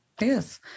yes